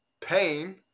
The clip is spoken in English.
pain